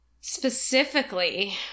specifically